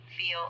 Feel